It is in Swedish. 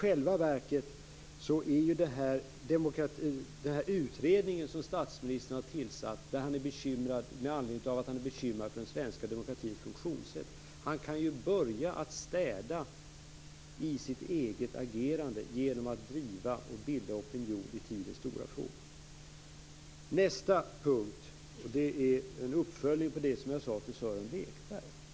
Det för mig in på den utredning som statsministern tillsatt med anledning av att han är bekymrad för den svenska demokratins funktionssätt. Han kan ju börja med att städa i sitt eget agerande genom att driva och bilda opinion i tidens stora frågor. Nästa punkt är en uppföljning av det som jag sade till Sören Lekberg.